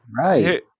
right